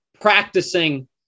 practicing